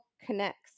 connects